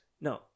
No